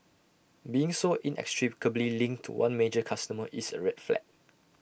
being so inextricably linked to one major customer is A red flag